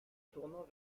tournant